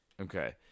Okay